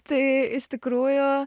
tai iš tikrųjų